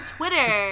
Twitter